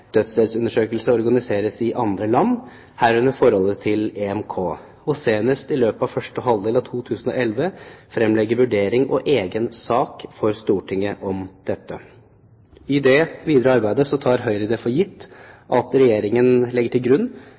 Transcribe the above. organiseres i andre land, herunder forholdet til Den europeiske menneskerettskonvensjon, og senest i løpet av første halvdel av 2011 fremlegge vurdering og egen sak for Stortinget om dette. I det videre arbeidet tar Høyre det for gitt at Regjeringen legger til grunn